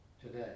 today